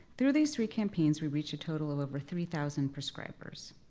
through these three campaigns, we reached a total of over three thousand prescribers.